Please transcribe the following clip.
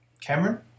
Cameron